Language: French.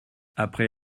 après